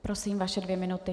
Prosím, vaše dvě minuty.